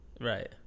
Right